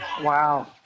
Wow